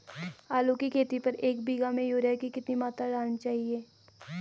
आलू की खेती पर एक बीघा में यूरिया की कितनी मात्रा डालनी चाहिए?